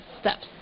steps